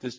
this